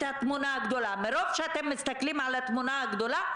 מרוב שאתם מסתכלים על התמונה הגדולה,